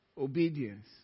obedience